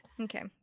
Okay